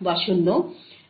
1 বা 0